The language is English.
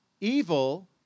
Evil